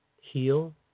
Heal